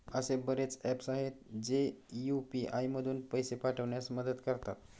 असे बरेच ऍप्स आहेत, जे यू.पी.आय मधून पैसे पाठविण्यास मदत करतात